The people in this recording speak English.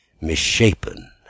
misshapen